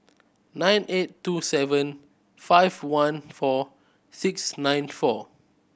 nine eight two seven five one four six nine four